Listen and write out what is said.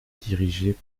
dirigée